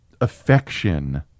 affection